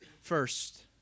First